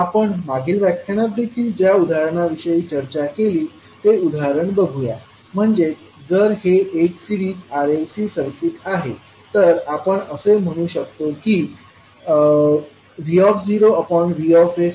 आपण मागील व्याख्यानात देखील ज्या उदाहरणाविषयी चर्चा केली ते उदाहरण बघूया म्हणजेच जर हे एक series R L C circuit आहे तर आपण असे म्हणू शकतो की V0Vs1sCRsL1sC1LCs2sRL1LC आहे